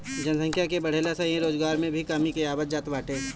जनसंख्या के बढ़ला से इहां रोजगार में भी कमी आवत जात बाटे